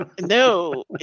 No